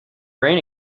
rain